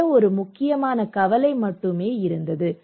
ஒரே ஒரு முக்கியமான கவலை மட்டுமே இருந்தது